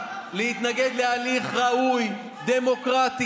נגד אופיר סופר,